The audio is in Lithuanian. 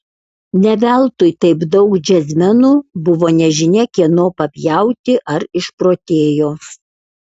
ne veltui taip daug džiazmenų buvo nežinia kieno papjauti ar išprotėjo